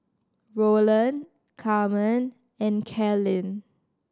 Roland Carmen and Carlyn